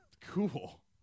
Cool